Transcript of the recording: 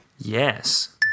Yes